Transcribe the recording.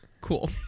Cool